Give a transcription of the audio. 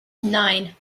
nine